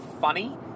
funny